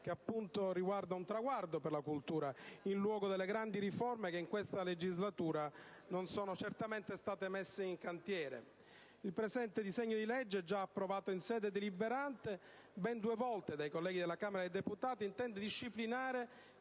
di questo piccolo traguardo della cultura, in luogo delle grandi riforme che in questa legislatura non sono state certamente messe in cantiere. Il presente disegno di legge, già approvato in sede deliberante per due volte dai colleghi della Camera dei deputati, intende disciplinare